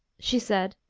she said,